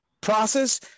process